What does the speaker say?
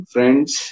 Friends